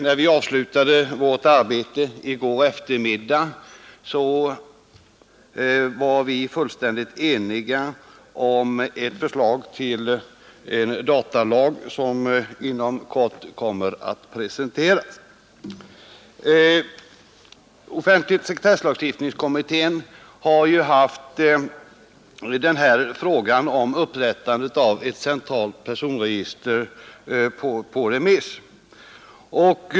När vi avslutade vårt arbete i går eftermiddag var vi fullständigt eniga om ett förslag till datalag, som inom kort kommer att presenteras. Offentlighetsoch sekretesslagstiftningskommittén har haft riksskatteverkets promemoria om upprättande av ett centralt personregister på remiss.